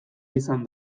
izan